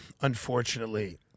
unfortunately